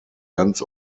ganz